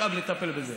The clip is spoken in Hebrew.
משאב לטפל בהם.